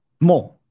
more